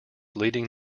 leading